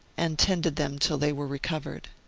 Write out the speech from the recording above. and tended them till they were recovered.